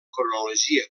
cronologia